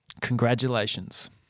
Congratulations